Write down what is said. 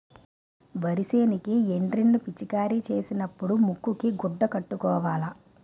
వరి సేనుకి ఎండ్రిన్ ను పిచికారీ సేసినపుడు ముక్కుకు గుడ్డ కట్టుకోవాల